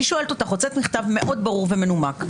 אני שואלת אותך, הוצאת מכתב מאוד ברור ומנומק.